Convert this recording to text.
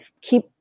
keep